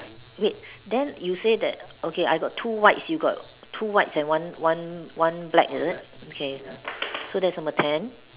wait then you say that okay I got two whites you got two whites and one one one black is it okay so that's number ten